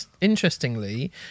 interestingly